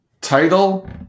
Title